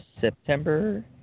September